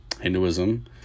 Hinduism